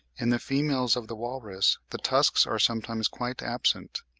in the females of the walrus the tusks are sometimes quite absent.